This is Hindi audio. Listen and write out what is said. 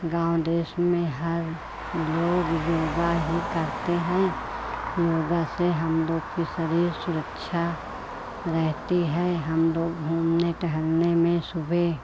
गाँव देश में हर लोग योग ही करते हैं योग से हम लोग के शरीर सुरक्षित रहता है हम लोग घूमने टहलने में सुबह